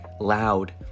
loud